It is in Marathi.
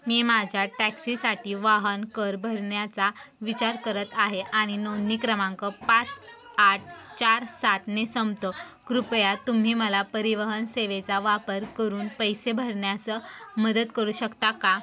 मी माझ्या टॅक्सीसाठी वाहन कर भरण्याचा विचार करत आहे आणि नोंदणी क्रमांक पाच आठ चार सातने संपतो कृपया तुम्ही मला परिवहन सेवेचा वापर करून पैसे भरण्यास मदत करू शकता का